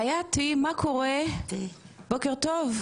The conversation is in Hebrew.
בוקר טוב,